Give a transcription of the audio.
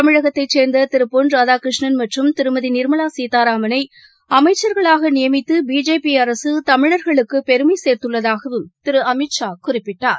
தமிழகத்தைசேர்ந்ததிருபொன் ராதாகிருஷ்ணன் மற்றும் திருமதிநிர்மலாசீதாராமனைஅமைச்சர்களாகநியமித்துபிஜேபிஅரசுதமிழர்களுக்குபெருமைசேர்துள்ளதாகவும் திருஅமித்ஷா குறிப்பிட்டார்